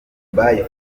dubai